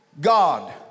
God